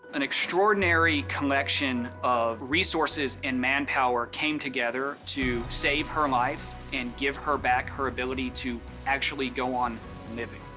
an extraordinary collection of resources and manpower came together to save her life and give her back her ability to actually go on living.